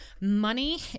Money